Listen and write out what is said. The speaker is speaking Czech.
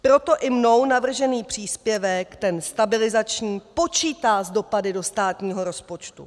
Proto i mnou navržený příspěvek, ten stabilizační, počítá s dopady do státního rozpočtu.